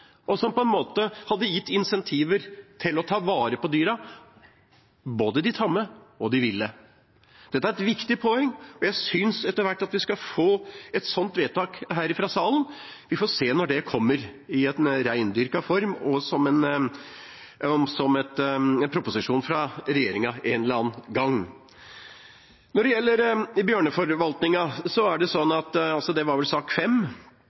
hadde gitt incentiver til å ta vare på dyrene, både de tamme og de ville. Dette er et viktig poeng, og jeg synes etter hvert at vi skal få et sånt vedtak fra salen her. Vi får se når det kommer i en rendyrket form, og som en proposisjon fra regjeringa en eller annen gang. Når det gjelder bjørneforvaltningen – det gjelder vel sak